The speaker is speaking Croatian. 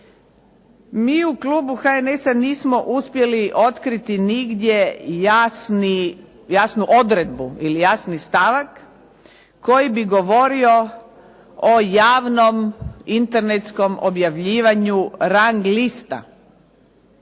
MI u Klubu HNS-a nismo uspjeli otkriti nigdje jasnu odredbu ili jasni stavak koji bi govorio o javnom internetskom objavljivanju rang lista